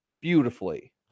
beautifully